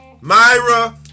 Myra